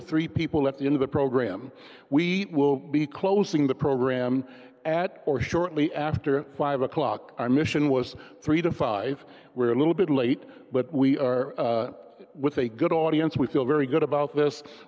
or three people at the end of the program we will be closing the program at or shortly after five o'clock our mission was three to five were a little bit late but we are with a good audience we feel very good about this